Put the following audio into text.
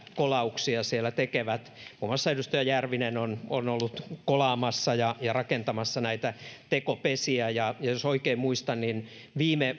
kolauksia siellä tekevät muun muassa edustaja järvinen on on ollut kolaamassa ja ja rakentamassa näitä tekopesiä ja ja jos oikein muistan niin viime